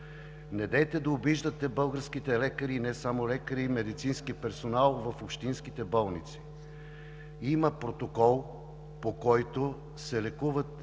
Недейте да обиждате българските лекари – не само лекари, а и медицински персонал в общинските болници. Има протокол, по който се лекуват всички